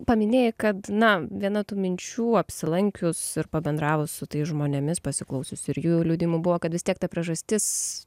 paminėjai kad na viena tų minčių apsilankius ir pabendravus su tais žmonėmis pasiklausius ir jų liudijimų buvo kad vis tiek ta priežastis